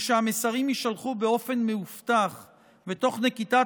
הוא שהמסרים יישלחו באופן מאובטח ותוך נקיטת